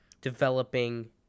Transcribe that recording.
developing